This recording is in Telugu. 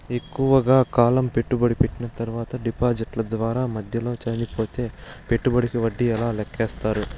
ఎక్కువగా కాలం పెట్టుబడి పెట్టిన తర్వాత డిపాజిట్లు దారు మధ్యలో చనిపోతే పెట్టుబడికి వడ్డీ ఎలా లెక్కిస్తారు?